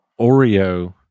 Oreo